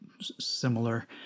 similar